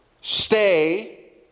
stay